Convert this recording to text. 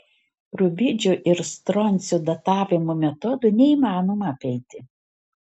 rubidžio ir stroncio datavimo metodo neįmanoma apeiti